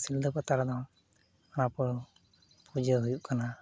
ᱥᱤᱞᱫᱟᱹ ᱯᱟᱛᱟ ᱨᱮᱫᱚ ᱯᱩᱡᱟᱹ ᱦᱩᱭᱩᱜ ᱠᱟᱱᱟ